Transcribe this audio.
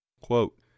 Quote